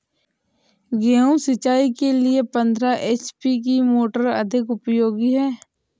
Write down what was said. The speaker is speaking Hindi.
गेहूँ सिंचाई के लिए पंद्रह एच.पी की मोटर अधिक उपयोगी है?